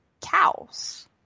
cows